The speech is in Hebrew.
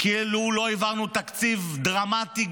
כאילו לא העברנו תקציב דרמטי,